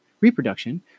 reproduction